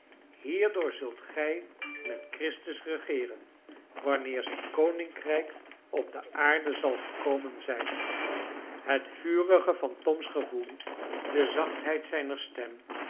hierdoor zult gij met christus regeeren wanneer zijn koninkrijk op de aarde zal gekomen zijn het vurige van toms gevoel de zachtheid zijner stem